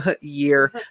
year